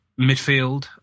Midfield